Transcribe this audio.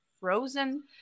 frozen